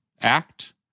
act